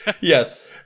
Yes